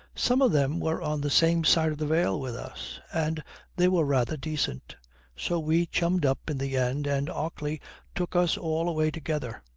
some of them were on the same side of the veil with us, and they were rather decent so we chummed up in the end and ockley took us all away together.